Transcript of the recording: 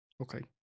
Okay